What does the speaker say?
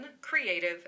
creative